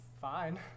fine